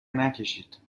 نکشید